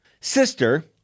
sister